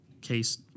case